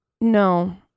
No